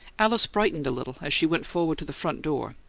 alice brightened a little as she went forward to the front door,